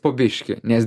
po biškį nes